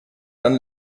dann